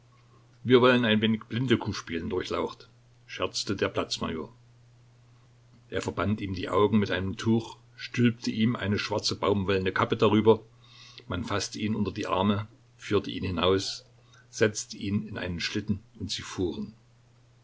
wir wollen ein wenig blindekuh spielen durchlaucht scherzte der platz major er verband ihm die augen mit einem tuch stülpte ihm eine schwarze baumwollene kappe darüber man faßte ihn unter die arme führte ihn hinaus setzte ihn in einen schlitten und sie fuhren